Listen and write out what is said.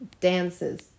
dances